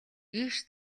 ийш